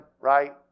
right